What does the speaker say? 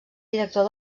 director